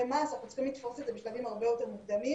מעש ואנחנו צריכים לתפוס את זה בשלבים הרבה יותר מוקדמים